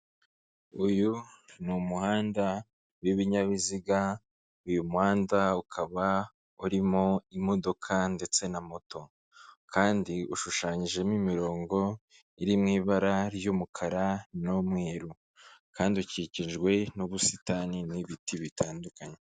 Uyu ni umuhanda w'ibinyabiziga, uyu muhanda ukaba urimo imodoka ndetse na moto, kandi ushushanyijemo imirongo iri mu ibara ry'umukara n'umweru, kandi ukikijwe n'ubusitani n'ibiti bitandukanye.